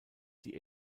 die